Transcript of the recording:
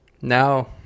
now